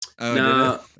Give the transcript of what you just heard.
no